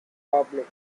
public